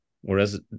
whereas